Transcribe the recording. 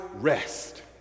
rest